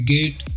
Gate